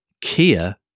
Kia